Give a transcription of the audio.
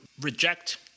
reject